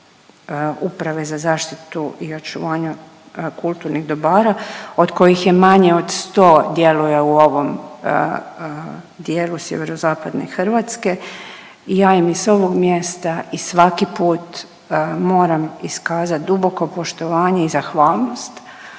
Uprave za zaštitu i očuvanje kulturnih dobara od kojih je manje od 100 djeluje u ovom dijelu Sjeverozapadne Hrvatske i ja im i s ovog mjesta i svaki put moram iskazat duboko poštovanje i zahvalnost